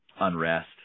unrest